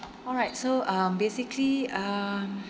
alright so um basically um